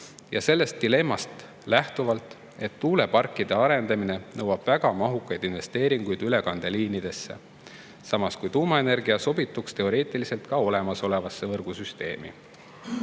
lähtuvalt dilemmast, et tuuleparkide arendamine nõuab väga mahukaid investeeringuid ülekandeliinidesse, samas kui tuumaenergia sobituks teoreetiliselt ka olemasolevasse võrgusüsteemi.